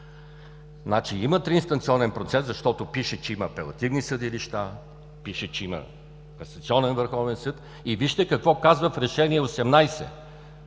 има триинстанционен процес, защото пише, че има апелативни съдилища, пише, че има Касационен върховен съд. И вижте какво казва в Решение №